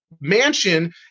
mansion